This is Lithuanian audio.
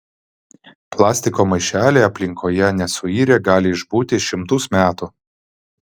plastiko maišeliai aplinkoje nesuirę gali išbūti šimtus metų